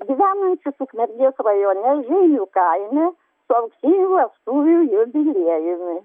gyvenančius ukmergės rajone žeimių kaime su auksinių vestuvių jubiliejumi